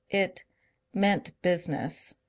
it meant business,